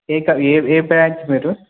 ఏ కా ఏ బ్రాంచ్ మీరు